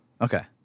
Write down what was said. Okay